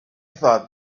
thought